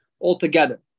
altogether